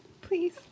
Please